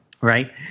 Right